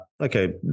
okay